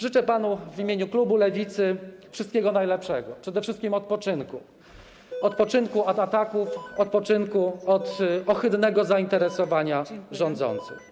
Życzę panu w imieniu klubu Lewicy wszystkiego najlepszego, przede wszystkim odpoczynku, odpoczynku od ataków, odpoczynku od ohydnego zainteresowania rządzących.